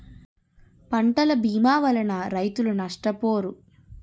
పంటల భీమా వలన రైతులు నష్టపోరు